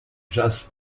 jazz